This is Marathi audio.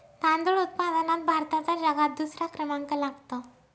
तांदूळ उत्पादनात भारताचा जगात दुसरा क्रमांक लागतो